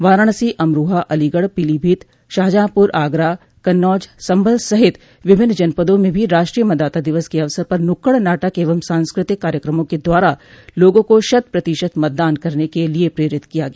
वाराणसी अमरोहा अलीगढ़ पीलीभीत शाहजहांपुर आगरा कन्नौज संभल सहित विभिन्न जनपदों में भी राष्ट्रीय मतदाता दिवस के अवसर पर नुक्कड़ नाटक एवं सांस्कृतिक कार्यक्रमों के द्वारा लोगों को शत प्रतिशत मतदान करने के लिये प्रेरित किया गया